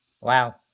Wow